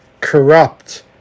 corrupt